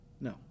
No